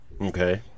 Okay